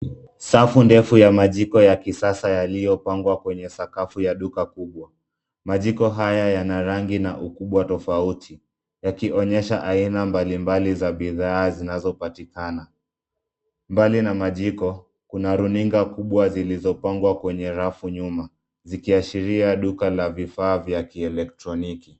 Safu ndefu ya majiko ya kisasa yaliyo pangwa kwenye sakafu ya duka kubwa. Majiko haya yana rangi na ukubwa tofauti yakionyesha aina mbalimbali za bidhaa zinazo patikana. Mbali na majiko kuna runinga kubwa zilizo pangwa kwenye rafu nyuma zikiashiria duka la vifaa vya kielektroniki.